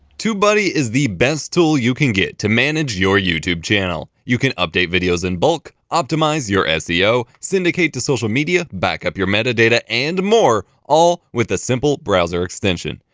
tubebuddy is the best tool you can get to manage your youtube channel. you can update videos in bulk, optimize your seo, syndicate to social media, back up your metadata and more all with a simple browser extension.